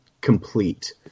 complete